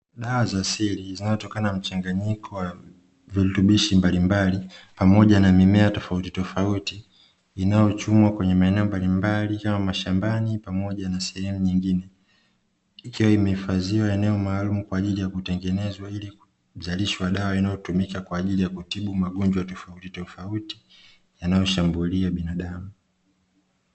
Dawa za asili zinatokana na mchanganyiko wa virutubishi mbalimbali pamoja na mimea tofauti tofauti, inayochumwa kwenye maeneo mbalimbali kama mashambani pamoja na sehemu nyingine, ikiwa imehifadhiwa eneo maalumu kwa ajili ya kutengeneza iIi kuzalishwa dawa inayotumika kwa ajili ya kutibu magonjwa tofauti tofauti yanayoshambulia binadamu.